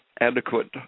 adequate